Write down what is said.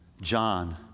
John